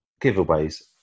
Giveaways